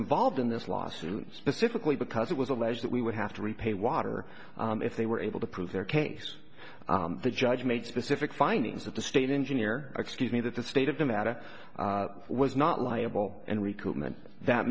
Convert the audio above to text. involved in this lawsuit specifically because it was alleged that we would have to repay water if they were able to prove their case the judge made specific findings that the state engineer excuse me that the state of the matter was not liable and recruitment that